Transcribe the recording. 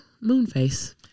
Moonface